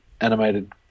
animated